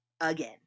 again